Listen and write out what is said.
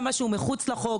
גם במה שהוא מחוץ לחוק,